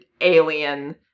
alien